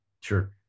Sure